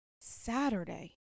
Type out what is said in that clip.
Saturday